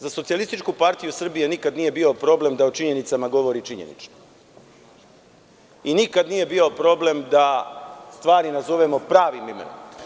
Za Socijalističku partiju Srbije nikad nije bio problem da o činjenicama govori činjenično i nikad nije bio problem da stvari nazovemo pravim imenom.